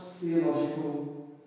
theological